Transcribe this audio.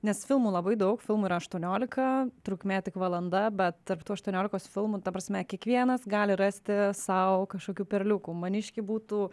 nes filmų labai daug filmų yra aštuoniolika trukmė tik valanda bet tarp tų aštuoniolikos filmų ta prasme kiekvienas gali rasti sau kažkokių perliukų maniškiai būtų